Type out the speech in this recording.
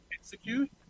execute